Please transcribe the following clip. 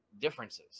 differences